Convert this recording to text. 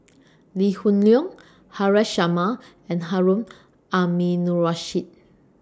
Lee Hoon Leong Haresh Sharma and Harun Aminurrashid